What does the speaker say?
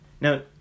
Now